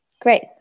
Great